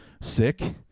sick